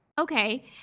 Okay